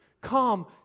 Come